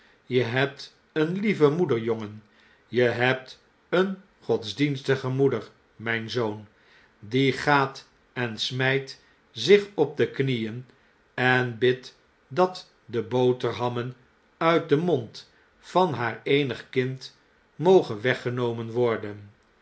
je hebt een lieve moeder jongen je hebt een godsdienstige moeder mp zoon die gaat en snujt zich op de knieen en bidt dat de boterhammen uit den mond van baar eenig kind moge weggenomen worden